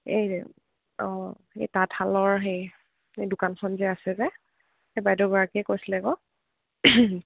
এই অঁ এই তাঁতশালৰ সেই এই দোকানখন যে আছে যে সেই বাইদেউগৰাকীয়ে কৈছিলে কও